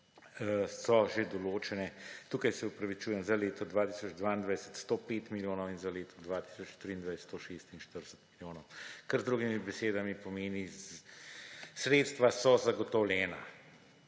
so že določene. Tukaj se opravičujem, za leto 2022 – 105 milijonov in za leto 2023 – 146 milijonov; kar z drugimi besedami pomeni, da sredstva so zagotovljena,